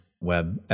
web